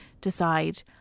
decide